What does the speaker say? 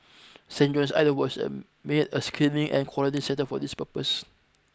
Saint John's Island was made a screening and quarantine centre for this purpose